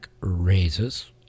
raises